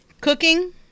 cooking